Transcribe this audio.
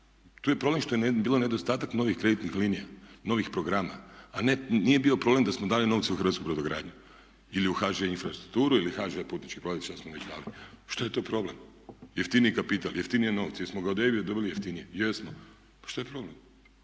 Tu je problem što je bilo nedostatak novih kreditnih linija, novih programa, a ne, nije bio problem da smo dali novce u hrvatsku brodogradnju ili u HŽ Infrastrukturu ili HŽ Putnički promet što smo već dali. Što je tu problem? Jeftiniji kapital, jeftinije novce. Jesmo ga od …/Govornik se ne razumije./… dobili jeftinije? Jesmo. Pa što je problem?